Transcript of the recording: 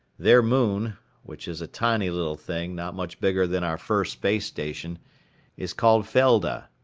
their moon which is a tiny little thing not much bigger than our first space station is called felda.